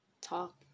talk